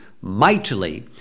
mightily